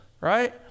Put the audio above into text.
right